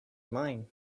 mine